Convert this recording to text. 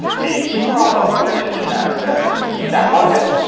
the proper british accent, which that wasn't,